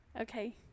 okay